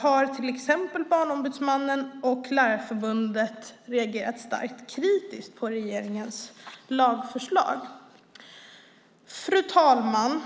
har till exempel Barnombudsmannen och Lärarförbundet reagerat starkt kritiskt på regeringens lagförslag. Fru talman!